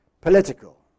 Political